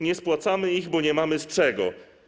Nie spłacamy ich, bo nie mamy z czego.